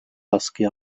askıya